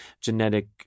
genetic